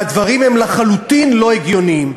והדברים הם לחלוטין לא הגיוניים.